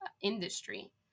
industry